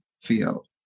field